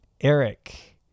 Eric